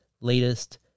latest